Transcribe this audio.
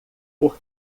por